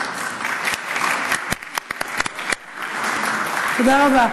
(מחיאות כפיים) תודה רבה.